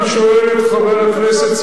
אני שואל את חבר הכנסת,